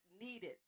needed